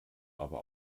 aber